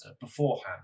beforehand